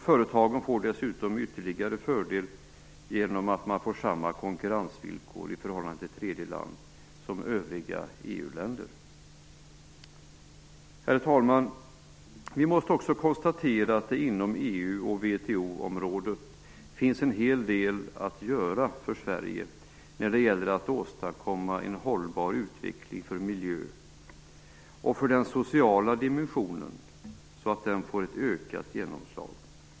Företagen får dessutom ytterligare fördel genom att de får samma konkurrensvillkor i förhållande till tredje land som övriga EU-länder. Herr talman! Vi måste också konstatera att det inom EU och VHO-området finns en hel del att göra för Sverige när det gäller att åstadkomma en hållbar utveckling för vår miljö och för att den sociala dimensionen skall få ett ökat genomslag.